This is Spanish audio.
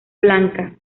blanca